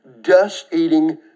dust-eating